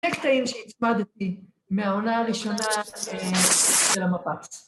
‫הקטעים שהצמדתי ‫מהעונה הראשונה של המפה.